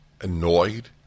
annoyed